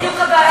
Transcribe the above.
זה בדיוק הבעיה,